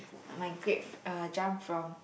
my grade uh jump from